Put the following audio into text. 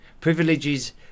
Privileges